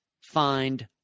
find